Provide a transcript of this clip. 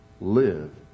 live